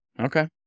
Okay